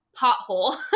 pothole